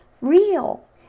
real